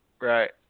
Right